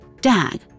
Dag